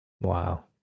Wow